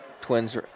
twins